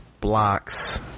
blocks